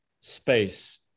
space